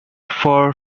for